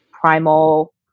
primal